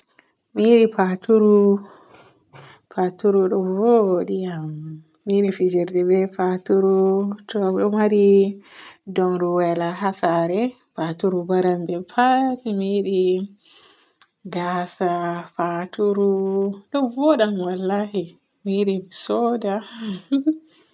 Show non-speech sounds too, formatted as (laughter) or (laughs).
(noise) Mi yiɗi paturu, paturu ɗo voodi am. Mi yiɗi fijirde be faturu. To a ɗo maari dauro wayla haa saare faturu baray be pat. Mi yiɗi gaasa faturu, ɗo voodam wallahi. Mi yiɗi mi sooda. (laughs)